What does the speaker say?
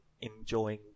enjoying